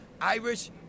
Irish